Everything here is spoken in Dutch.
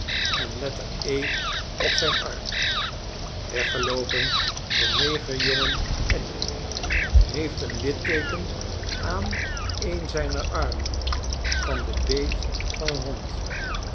en letter e op zijn arm weggeloopen de negerjongen ellie heeft een litteeken aan een zijner armen van den beet van een hond